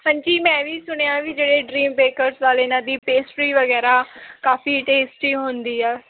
ਹਾਂਜੀ ਮੈਂ ਵੀ ਸੁਣਿਆ ਵੀ ਜਿਹੜੇ ਡਰੀਮ ਬੇਕਰਸ ਵਾਲੇ ਇਹਨਾਂ ਦੀ ਪੇਸਟਰੀ ਵਗੈਰਾ ਕਾਫੀ ਟੇਸਟੀ ਹੁੰਦੀ ਆ